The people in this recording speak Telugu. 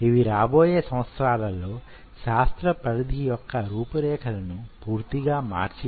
ఇవి రాబోయే సంవత్సరాలలో శాస్త్ర పరిధి యొక్క రూపురేఖలు పూర్తిగా మార్చి వేయగలవు